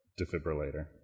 defibrillator